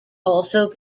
also